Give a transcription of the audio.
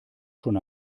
schon